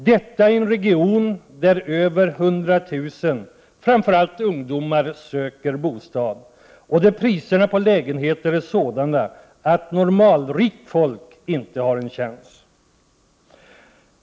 Detta gäller i en region där över hundratusen, framför allt ungdomar, söker bostad och där priserna på lägenheter är sådana att normalrikt folk inte har en chans.